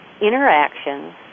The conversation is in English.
interactions